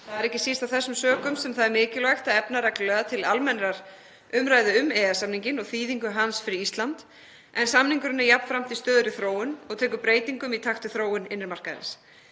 Það er ekki síst af þessum sökum sem það er mikilvægt að efna reglulega til almennrar umræðu um EES-samninginn og þýðingu hans fyrir Ísland, en samningurinn er jafnframt í stöðugri þróun og tekur breytingum í takt við þróun innri markaðarins.